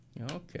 Okay